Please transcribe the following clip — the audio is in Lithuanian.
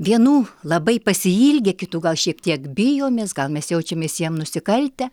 vienų labai pasiilgę kitų gal šiek tiek bijomės gal mes jaučiamės jiem nusikaltę